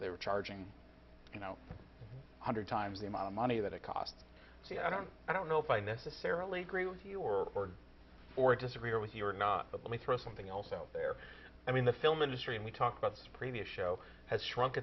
they were charging you know one hundred times the amount of money that it cost so i don't i don't know if i necessarily agree with you or or disagree with you or not but let me throw something else out there i mean the film industry we talk about this previous show has shrunk